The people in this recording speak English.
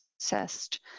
assessed